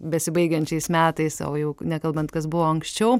besibaigiančiais metais o jau nekalbant kas buvo anksčiau